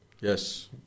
Yes